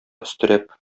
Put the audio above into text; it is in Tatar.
өстерәп